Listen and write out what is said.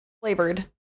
flavored